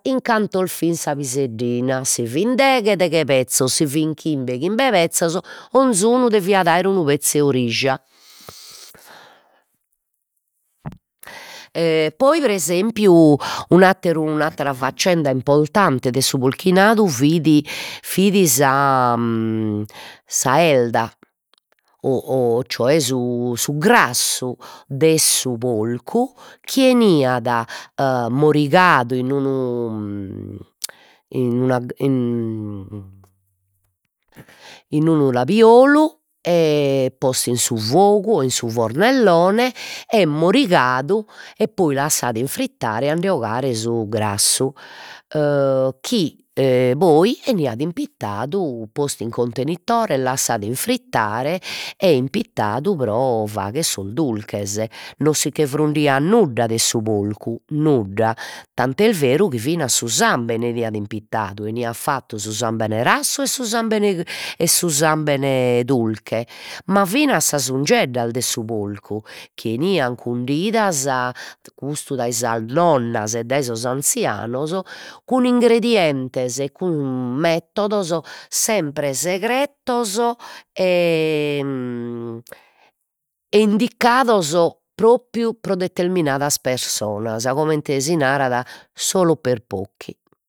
In cantos fin sa piseddina, si fin deghe deghe pezzos si fin chimbe chimbe pezzos, 'onzunu deviat aer unu pezzu 'e orija e poi pre esempiu un'atteru un'attera faccenda importante de su polchinadu fit fit sa sa 'elda o o cioè su su grassu de su polcu chi 'eniat e morigadu in unu in una in unu labiolu e postu in su fogu o in su e morigadu e poi lassadu infrittare a nde 'ogare su grassu e chi e poi 'eniat impittadu, postu in cuntenitores, lassadu infrittare e impittadu pro fagher sos dulches, non sicche frundiat nudda de su polcu, nudda, tant'est beru chi fina su sambene 'eniat impittadu, 'eniat fattu su sambene rassu e su sambene e su sambene durche, ma fina sas ungeddas de su polcu chi 'enian cundidas custu dai sas nonnas e dai sos anzianos cun ingredientes, cun metodos sempre segretos e e indicados propriu pro determinadas pessonas, comente si narat solo per pochi